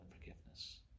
forgiveness